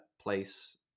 place